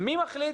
מי מחליט